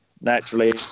naturally